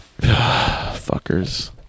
Fuckers